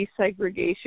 desegregation